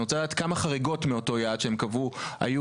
אני רוצה לדעת כמה חריגות מאותו יעד שהם קבעו היו